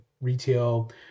retail